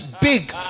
big